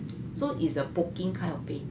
so is a poking kind of pain